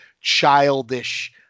childish